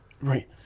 Right